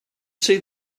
see